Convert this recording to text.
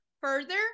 further